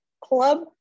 club